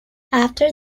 after